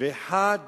ואחד